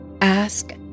Ask